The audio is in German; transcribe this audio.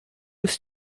ist